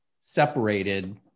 separated